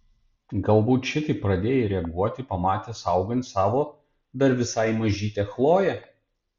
galbūt šitaip pradėjai reaguoti pamatęs augant savo dar visai mažytę chloję